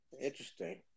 Interesting